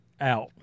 out